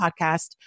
Podcast